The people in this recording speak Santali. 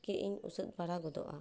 ᱤᱧ ᱩᱥᱟᱹᱫ ᱵᱟᱲᱟ ᱜᱚᱫᱚᱜᱼᱟ